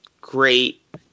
great